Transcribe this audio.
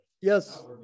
yes